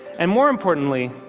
and more importantly,